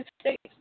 States